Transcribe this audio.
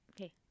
Okay